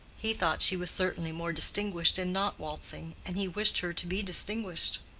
he thought she was certainly more distinguished in not waltzing, and he wished her to be distinguished.